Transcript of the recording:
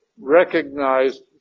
recognized